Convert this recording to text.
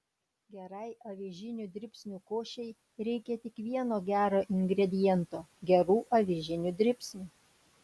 gerai avižinių dribsnių košei reikia tik vieno gero ingrediento gerų avižinių dribsnių